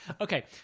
Okay